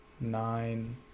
nine